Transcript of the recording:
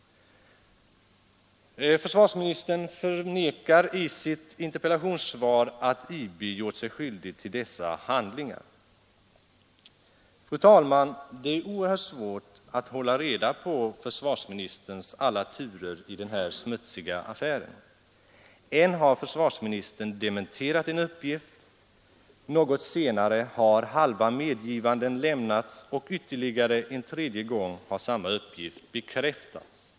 Försvarsministern förnekar i sitt interpellationssvar att IB gjort sig skyldig till dessa handlingar. Fru talman! Det är oerhört svårt att hålla reda på försvarsministerns alla turer i den här smutsiga affären. Än har försvarsministern dementerat en uppgift, än har något senare halva medgivanden lämnats och ytterligare en tredje gång har samma uppgift bekräftats.